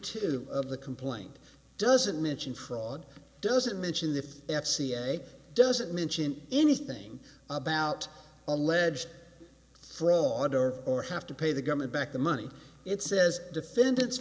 two of the complaint doesn't mention fraud doesn't mention the f c a doesn't mention anything about alleged fraud or or have to pay the government back the money it says defendants